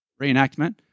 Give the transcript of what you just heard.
reenactment